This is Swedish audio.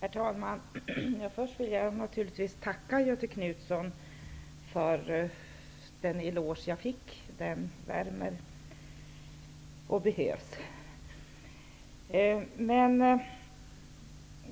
Herr talman! Först vill jag naturligtvis tacka Göthe Knutson för den eloge jag fick. Den värmer och behövs. Men